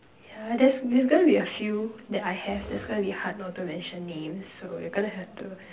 yeah there's there's going to be a few that I have that's gonna be hard not to mention names so we gonna have to